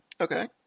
Okay